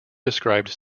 described